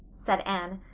said anne.